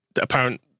apparent